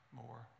more